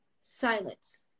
silence